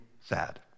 sad